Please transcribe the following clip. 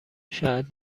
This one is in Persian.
شاید